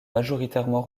majoritairement